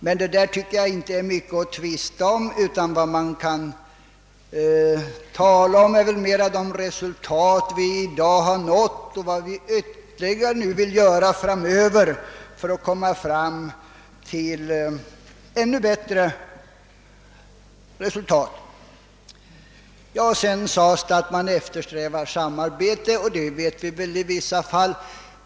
Men detta tycker jag inte är mycket att tvista om, utan vad man kan tala om är väl mera de resultat vi i dag har nått och vad vi vill göra framöver för att nå ännu bättre resultat. Sedan sade statsrådet att man eftersträvar samarbete, och vi vet att det är så i vissa fall.